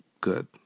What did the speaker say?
Good